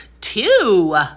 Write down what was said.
two